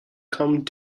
come